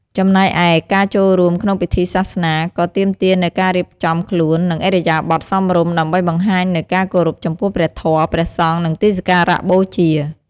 ចំណែកឯ ការចូលរួមក្នុងពិធីសាសនា ក៏ទាមទារនូវការរៀបចំខ្លួន និងឥរិយាបថសមរម្យ ដើម្បីបង្ហាញនូវការគោរពចំពោះព្រះធម៌ ព្រះសង្ឃ និងទីសក្ការៈបូជា។